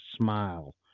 smile